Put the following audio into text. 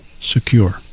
secure